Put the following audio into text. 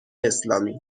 اسلامی